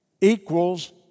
equals